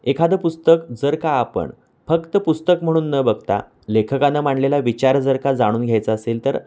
एखादं पुस्तक जर का आपण फक्त पुस्तक म्हणून न बघता लेखकानं मांडलेला विचार जर का जाणून घ्यायचा असेल तर